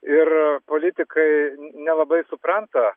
ir politikai nelabai supranta